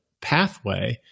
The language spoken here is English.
pathway